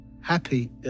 happy